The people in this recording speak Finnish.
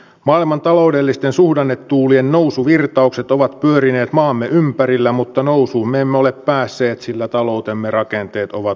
maailman taloudellisten suhdannetuulien nousuvirtaukset ovat pyörineet maamme ympärillä mutta nousuun me emme ole päässeet sillä taloutemme rakenteet ovat liian raskaat